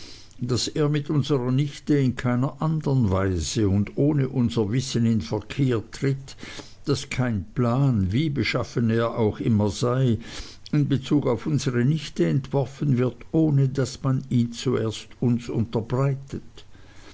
daß er mit unserer nichte in keiner andern weise und ohne unser wissen in verkehr tritt daß kein plan wie beschaffen er auch immer sei in bezug auf unsere nichte entworfen wird ohne daß man ihn zuerst uns unterbreitet